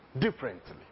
differently